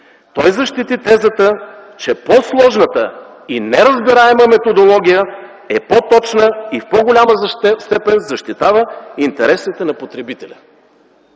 Той защити тезата, че по-сложната и неразбираема методология е по-точна и в по-голяма степен защитава интересите на потребителя,